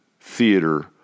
theater